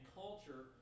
culture